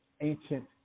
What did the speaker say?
ancient